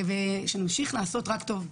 ושנמשיך לעשות רק טוב.